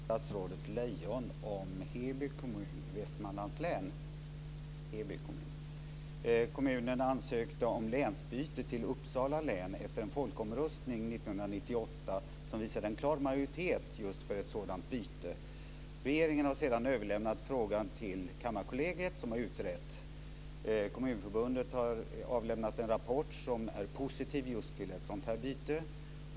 Herr talman! Jag har en fråga till statsrådet Lejon om Heby kommun i Västmanlands län. Kommunen ansökte om länsbyte, till Uppsala län, efter en folkomröstning 1998 som visade en klar majoritet för ett sådant byte. Regeringen har sedan överlämnat frågan till Kammarkollegiet som har utrett. Kommunförbundet har avlämnat en rapport som är positiv just till ett sådant byte.